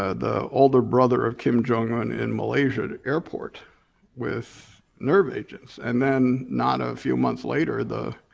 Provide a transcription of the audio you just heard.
ah the older brother of kim jong-un in malaysia airport with nerve agents. and then not a few months later the